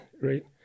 right